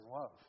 love